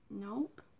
Nope